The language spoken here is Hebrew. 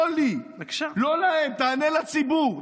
תענה לא לי, לא להם, תענה לציבור.